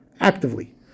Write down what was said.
actively